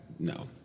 No